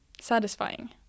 satisfying